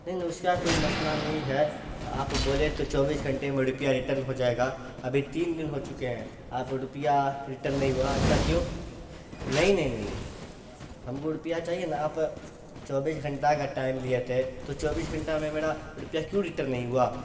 نہیں نہیں اس کا کوئی مسئلہ نہیں ہے آپ بولے تو چوبیس گھنٹے میں روپیہ ریٹن ہو جائے گا ابھی تین دن ہو چکے ہیں آپ روپیہ ریٹن نہیں ہوا ایسا کیوں نہیں نہیں نہیں نہیں ہم کو روپیہ چاہیے نا آپ چوبیس گھنٹہ کا ٹائم دیے تھے تو چوبیس گھنٹہ میں میرا روپیہ کیوں ریٹن نہیں ہوا